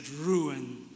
ruin